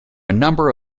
number